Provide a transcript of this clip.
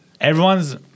Everyone's